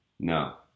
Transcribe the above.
No